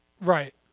Right